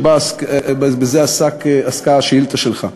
שבזה עסקה השאילתה שלך.